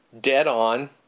dead-on